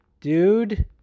dude